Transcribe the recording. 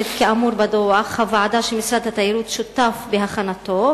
כאמור בדוח הוועדה שמשרד התיירות שותף בהכנתו?